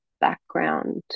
background